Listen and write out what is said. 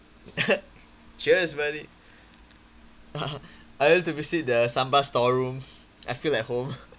cheers buddy I like to visit the sambal storeroom I feel at home